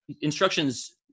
instructions